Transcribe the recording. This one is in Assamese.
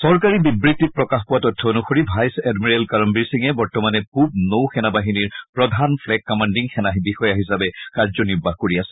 চৰকাৰী বিব্যত্তিত প্ৰকাশ পোৱা তথ্য অনসৰি ভাইচ এডমিৰেল কৰমবীৰ সিঙে বৰ্তমানে পুব নৌ সেনাবাহিনীৰ প্ৰধান ফ্ৰেগ কমাণ্ডিং সেনা বিষয়া হিচাপে কাৰ্যনিৰ্বাহ কৰি আছে